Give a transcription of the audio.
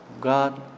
God